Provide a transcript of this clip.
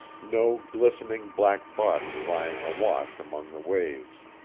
no glistening black body lying awash among the waves.